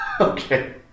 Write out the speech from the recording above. Okay